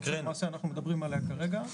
שלמעשה אנחנו מדברים עליה כרגע,